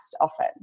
often